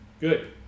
Good